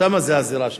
שם זה הזירה שלכם.